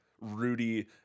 Rudy